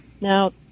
Now